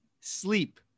Sleep